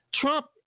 Trump